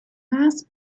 mass